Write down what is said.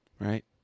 right